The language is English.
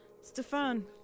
Stefan